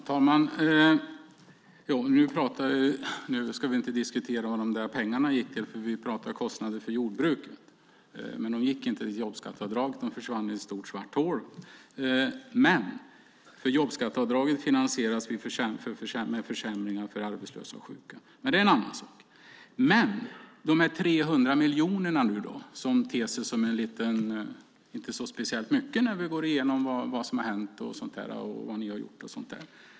Fru talman! Nu ska vi inte diskutera vad de där pengarna gick till, för vi pratar om kostnader för jordbruk. Men de gick inte till jobbskatteavdraget, utan de försvann i ett stort svart hål. Jobbskatteavdraget finansierades med försämringar för arbetslösa och sjuka. Men det är en annan sak. Nu talar vi om de 300 miljonerna, som inte ter sig som speciellt mycket när vi går igenom vad som har hänt, vad ni har gjort och så vidare.